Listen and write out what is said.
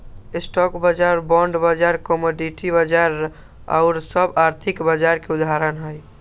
stock बाजार, bond बाजार, commodity बाजार आउर सभ आर्थिक बाजार के उदाहरण हइ